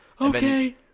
Okay